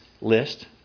list